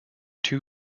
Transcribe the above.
two